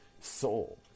soul